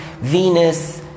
Venus